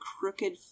crooked